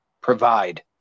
provide